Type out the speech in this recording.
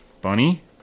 bunny